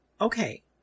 okay